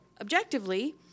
objectively